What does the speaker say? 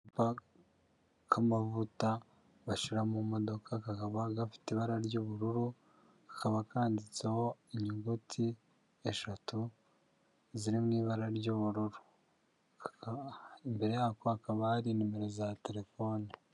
Agacupa k'amavuta bashyira mu modoka kakaba gafite ibara ry'ubururu, kakaba kanditseho inyuguti eshatu ziri mu ibara ry'ubururu, imbere yako hakaba hari nimero za telefone.